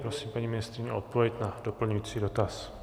Prosím paní ministryni o odpověď na doplňující dotaz.